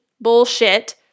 bullshit